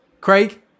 Craig